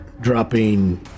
dropping